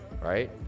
right